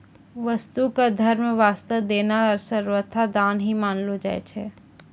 वस्तु क धर्म वास्तअ देना सर्वथा दान ही मानलो जाय छै